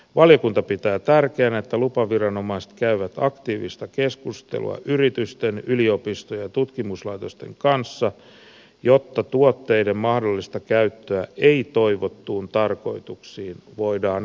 valiokunta pitää tärkeänä että lupaviranomaiset käyvät aktiivista keskustelua yritysten yliopistojen ja tutkimuslaitosten kanssa jotta tuotteiden mahdollista käyttöä ei toivottuihin tarkoituksiin voidaan ehkäistä